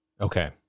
Okay